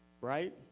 right